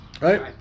Right